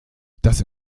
das